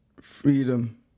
Freedom